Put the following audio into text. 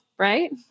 right